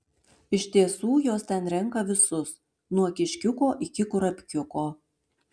iš tiesų jos ten renka visus nuo kiškiuko iki kurapkiuko